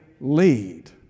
lead